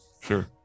sure